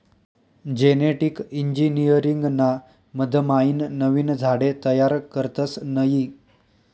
genetic engineering ना मधमाईन नवीन झाडे तयार करतस नयी